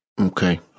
Okay